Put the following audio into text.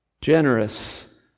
Generous